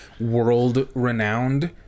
world-renowned